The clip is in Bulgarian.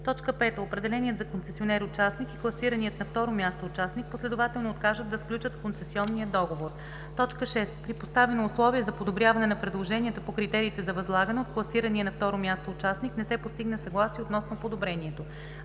59; 5. определеният за концесионер участник и класираният на второ място участник последователно откажат да сключат концесионния договор; 6. при поставено условие за подобряване на предложенията по критериите за възлагане от класирания на второ място участник не се постигне съгласие относно подобрението.